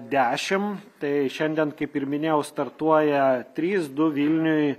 dešim tai šiandien kaip ir minėjau startuoja trys du vilniuj